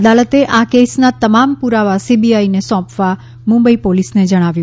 અદાલતે આ કેસના તમામ પુરાવા સીબીઆઈને સોંપવા મુંબઈ પોલીસને જણાવ્યું